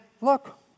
look